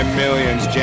millions